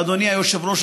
אדוני היושב-ראש,